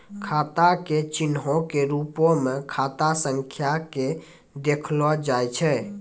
खाता के चिन्हो के रुपो मे खाता संख्या के देखलो जाय छै